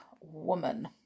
woman